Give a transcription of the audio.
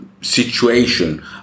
situation